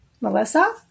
Melissa